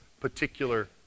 particular